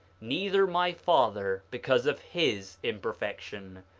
neither my father, because of his imperfection,